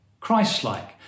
Christ-like